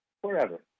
forever